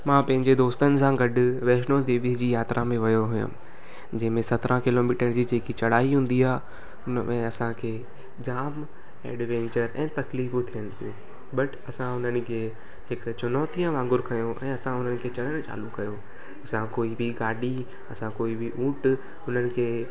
मां पंहिंजे दोस्तनि सां गॾु वैष्णो देवीअ जी यात्रा में वियो हुयमि जंहिंमें सत्रहं किलोमीटर जी जेकी चढ़ाई हूंदी आहे हुनमें असांखे जाम एडवैंचर ऐं तकलीफ़ थियनि पियूंं बट असां हुननि खे हिक चुनौतियूं वांगुर खयूं ऐं असां हुननि खे चढ़ण चालू कयो असां कोई बि गाॾी असां कोई बि ऊंट हुननि खे